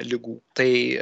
ligų tai